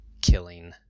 killing